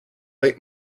late